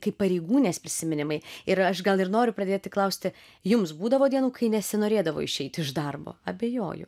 kaip pareigūnės prisiminimai ir aš gal ir noriu pradėti klausti jums būdavo dienų kai nesinorėdavo išeit iš darbo abejoju